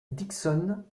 dickson